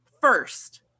first